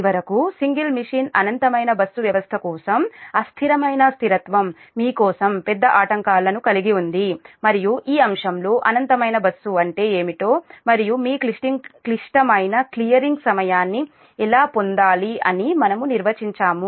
చివరకు single machine అనంతమైన bus వ్యవస్థ కోసం అస్థిరమైన స్థిరత్వం మీ కోసం పెద్ద ఆటంకాలు కలిగి ఉంది మరియు ఈ అంశంలో అనంతమైన బస్సు అంటే ఏమిటో మరియు మీ క్లిష్టమైన క్లియరింగ్ సమయాన్ని ఎలా పొందాలి అని మనము నిర్వచించాము